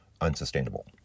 unsustainable